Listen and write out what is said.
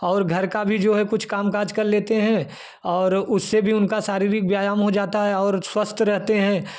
और घर का भी जो है कुछ काम काज कर लेते हैं और उससे भी उनका शारीरक व्यायाम हो जाता है और स्वस्थ रहते हैं